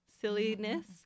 silliness